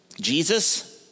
Jesus